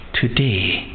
Today